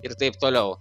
ir taip toliau